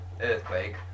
earthquake